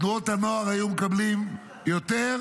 תנועות הנוער היו מקבלות יותר,